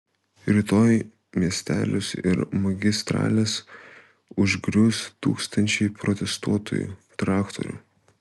rytoj miestelius ir magistrales užgrius tūkstančiai protestuotojų traktorių